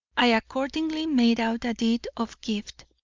i accordingly made out a deed of gift,